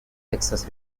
texas